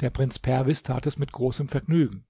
der prinz perwis tat es mit großem vergnügen